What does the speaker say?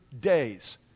days